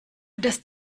dass